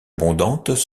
abondantes